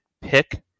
pick